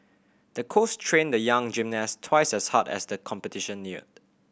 the coach trained the young gymnast twice as hard as the competition neared